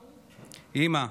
אימא: